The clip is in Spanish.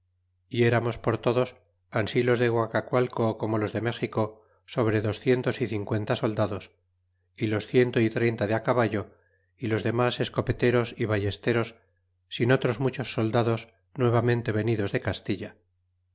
y eramos por todos ansi los de guacacualco como los de méxico sobre docientos y cincuenta soldados y los ciento y treinta de caballo y los demas escopeteros y ballesteros sin otros muchos soldados nuevamente venidos de castilla